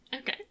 okay